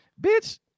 Bitch